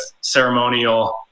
ceremonial